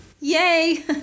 Yay